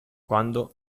quando